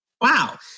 Wow